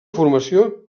formació